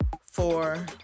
four